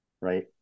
Right